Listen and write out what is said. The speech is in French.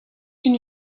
une